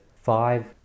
five